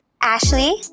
Ashley